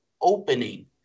opening